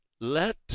let